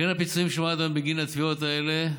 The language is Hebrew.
קרן הפיצויים שילמה עד היום בגין התביעות האלה,